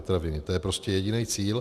To je prostě jediný cíl.